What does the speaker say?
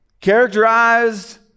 Characterized